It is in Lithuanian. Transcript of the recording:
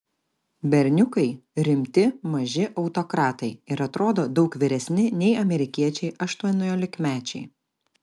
berniukai rimti maži autokratai ir atrodo daug vyresni nei amerikiečiai aštuoniolikmečiai